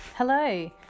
Hello